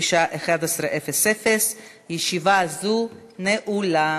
בשעה 11:00. ישיבה זו נעולה.